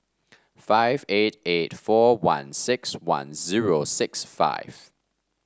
five eight eight four one six one zero six five